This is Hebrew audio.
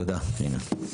תודה פנינה.